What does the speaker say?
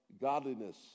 godliness